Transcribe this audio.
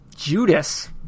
Judas